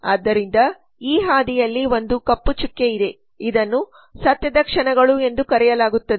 ಆದ್ದರಿಂದ ಈ ಹಾದಿಯಲ್ಲಿ ಕಪ್ಪು ಚುಕ್ಕೆ ಇದೆ ಇದನ್ನು ಸತ್ಯದ ಕ್ಷಣಗಳು ಎಂದು ಕರೆಯಲಾಗುತ್ತದೆ